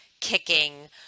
kicking